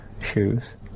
shoes